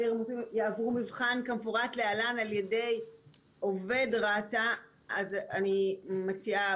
אווירי יעברו מבחן כמפורט להלן על ידי עובד רת"א - אז אני מציעה,